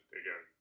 again